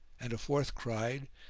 and a fourth cried,